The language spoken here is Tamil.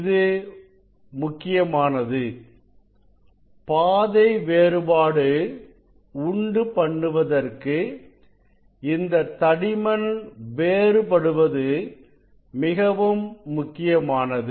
இது முக்கியமானது பாதை வேறுபாடு உண்டு பண்ணுவதற்கு இந்த தடிமன் வேறுபடுவது மிகவும் முக்கியமானது